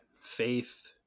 faith